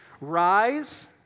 rise